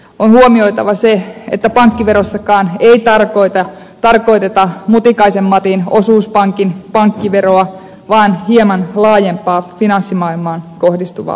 on huomioitava se että pankkiverossakaan ei tarkoiteta mutikaisen matin osuuspankin pankkiveroa vaan hieman laajempaa finanssimaailmaan kohdistuvaa verotusta